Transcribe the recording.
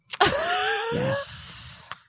Yes